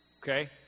Okay